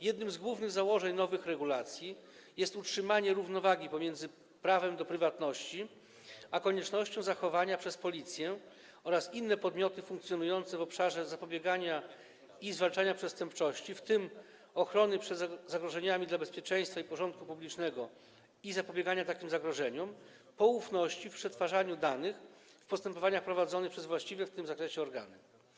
Jednym z głównych założeń nowych regulacji jest utrzymanie równowagi pomiędzy prawem do prywatności a koniecznością zachowania przez Policję - oraz inne podmioty funkcjonujące w obszarze zapobiegania i zwalczania przestępczości, w tym ochrony przed zagrożeniami dla bezpieczeństwa i porządku publicznego i zapobiegania takim zagrożeniom - poufności w przetwarzaniu danych w postępowaniach prowadzonych przez właściwe w tym zakresie organy.